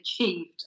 achieved